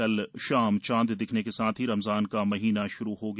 कल शाम चांद दिखने के साथ ही रमज़ान का महीना श्रू हो गया